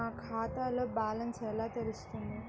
నా ఖాతాలో బ్యాలెన్స్ ఎలా తెలుస్తుంది?